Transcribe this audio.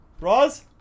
Roz